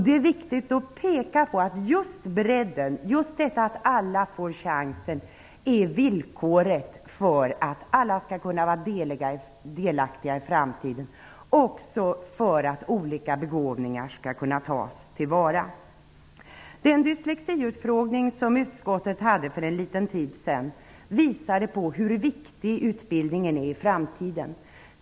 Det är viktigt att peka på att just detta att alla får chansen är villkoret för att alla skall kunna vara delaktiga i framtiden och även för att olika begåvningar skall kunna tas till vara. Den dyslexiutfrågning som utskottet hade för en liten tid sedan visade hur viktig utbildningen är i framtiden.